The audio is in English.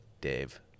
Dave